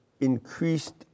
increased